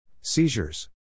Seizures